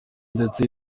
ndetse